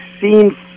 seems